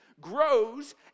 grows